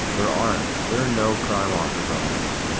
there aren't, there are no prime offers on this.